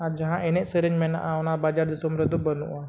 ᱟᱨ ᱡᱟᱦᱟᱸ ᱮᱱᱮᱡᱼᱥᱮᱨᱮᱧ ᱢᱮᱱᱟᱜᱼᱟ ᱚᱱᱟ ᱵᱟᱡᱟᱨ ᱫᱤᱥᱚᱢ ᱨᱮᱫᱚ ᱵᱟᱹᱱᱩᱜᱼᱟ